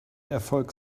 erfolg